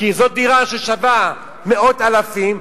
כי זאת דירה ששווה מאות אלפים,